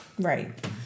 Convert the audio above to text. Right